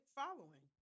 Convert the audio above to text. following